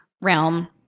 realm